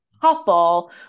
couple